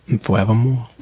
forevermore